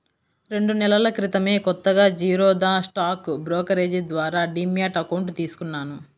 రెండు నెలల క్రితమే కొత్తగా జిరోదా స్టాక్ బ్రోకరేజీ ద్వారా డీమ్యాట్ అకౌంట్ తీసుకున్నాను